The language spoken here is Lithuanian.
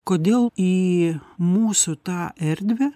kodėl į mūsų tą erdvę